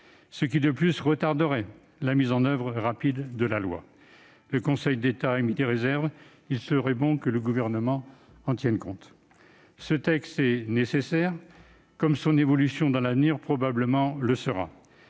ce qui, de plus, retarderait la mise en oeuvre rapide de la loi. Le Conseil d'État a émis des réserves. Il serait bon que le Gouvernement en tienne compte. Ce texte est nécessaire, comme son évolution le sera probablement aussi